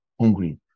hungry